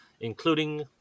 including